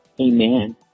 Amen